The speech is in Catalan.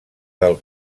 del